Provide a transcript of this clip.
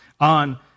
on